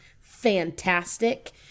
fantastic